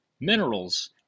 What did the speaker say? Minerals